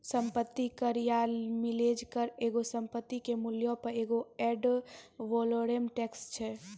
सम्पति कर या मिलेज कर एगो संपत्ति के मूल्यो पे एगो एड वैलोरम टैक्स छै